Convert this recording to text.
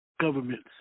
governments